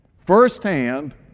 firsthand